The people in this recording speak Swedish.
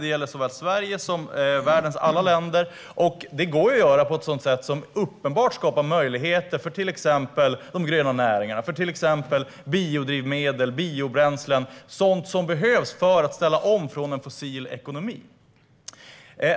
Det gäller såväl Sverige som världens alla länder, och det går att göra på ett sådant sätt som uppenbart skapar möjligheter för till exempel de gröna näringarna, biodrivmedel och biobränslen, det vill säga sådant som behövs för att ställa om från en fossil ekonomi.